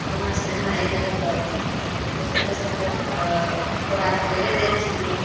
आओर ओहाँसँ इहाँ अइलियै तऽ कयसहुँ कयसहुँ करिकऽ तऽ पूरा तऽ करि दै छियै